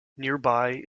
nearby